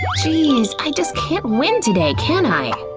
geez, i just can't win today, can i?